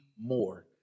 more